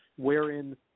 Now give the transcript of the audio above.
wherein